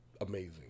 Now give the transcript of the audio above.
Amazing